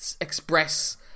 express